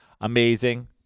amazing